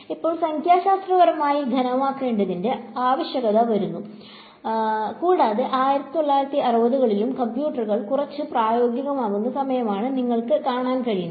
ഇപ്പോൾ സംഖ്യാശാസ്ത്രപരമായി ഖനമാക്കേണ്ടതിന്റെ ആവശ്യകത വരുന്നു കൂടാതെ 1960 കളിലും കമ്പ്യൂട്ടറുകൾ കുറച്ച് പ്രായോഗികമാകുന്ന സമയമാണ് നിങ്ങൾക്ക് കാണാൻ കഴിയുന്നത്